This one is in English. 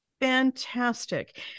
Fantastic